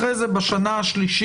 אחרי זה, בשנה השלישית,